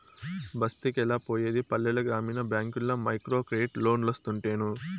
బస్తికెలా పోయేది పల్లెల గ్రామీణ బ్యాంకుల్ల మైక్రోక్రెడిట్ లోన్లోస్తుంటేను